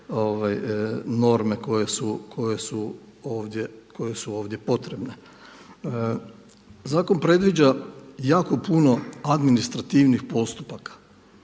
norme koje su ovdje potrebne. Zakon predviđa jako puno administrativnih postupaka,